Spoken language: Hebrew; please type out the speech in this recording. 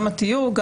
גם התיוג,